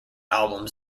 albums